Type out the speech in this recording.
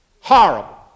Horrible